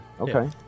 Okay